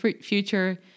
future –